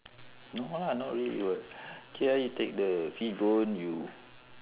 no lah not really [what] K ah you take the fish bone you